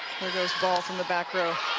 those balls in the back row.